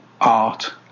art